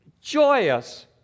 joyous